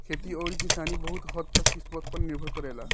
खेती अउरी किसानी बहुत हद्द तक किस्मत पर निर्भर रहेला